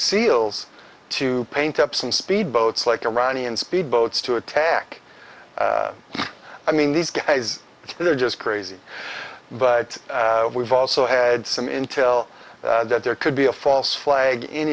seals to paint up some speedboats like iranian speedboats to attack i mean these guys they're just crazy but we've also had some intel that there could be a false flag in